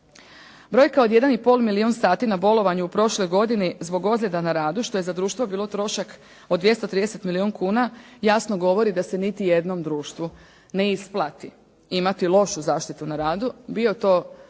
Brojka od jedan i pol milijun sati na bolovanju u prošloj godini zbog ozljeda na radu što je za društvo bilo trošak od 230 milijun kuna jasno govori da se niti jednom društvu ne isplati imati lošu zaštitu na radu